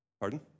Pardon